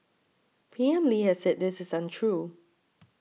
P M Lee has said this is untrue